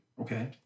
Okay